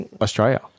Australia